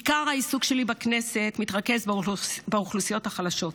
עיקר העיסוק שלי בכנסת מתרכז באוכלוסיות החלשות.